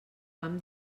vam